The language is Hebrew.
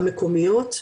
המקומיות.